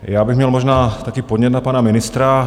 Já bych měl možná taky podnět na pana ministra.